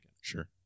Sure